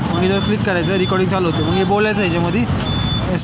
कर्ज रकमेपेक्षा व्याज हे हप्त्यामध्ये जास्त का आकारले आहे?